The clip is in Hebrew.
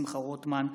שמחה רוטמן,